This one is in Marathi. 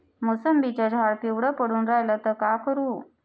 मोसंबीचं झाड पिवळं पडून रायलं त का करू?